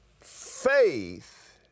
Faith